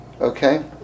Okay